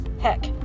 heck